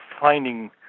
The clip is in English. finding